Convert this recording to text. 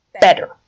better